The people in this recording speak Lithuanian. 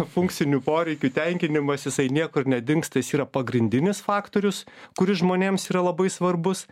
funkcinių poreikių tenkinimas jisai niekur nedingsta jis yra pagrindinis faktorius kuris žmonėms yra labai svarbus